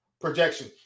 projection